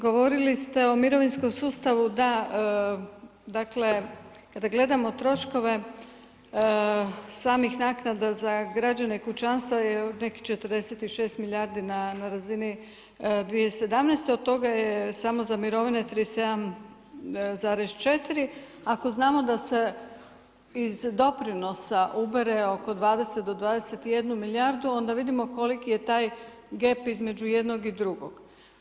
Govorili ste o mirovinskom sustavu da dakle kada gledamo troškove samih naknade za građane kućanstva je nekih 46 milijardi na razini 2017. od toga je samo za mirovine 37,4 ako znamo da se iz doprinosa ubere oko 20 do 21 milijardu, onda vidimo koliki je taj gep između jednog i drugog.